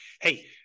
Hey